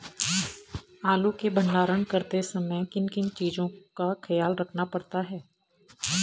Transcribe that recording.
आलू के भंडारण करते समय किन किन चीज़ों का ख्याल रखना पड़ता है?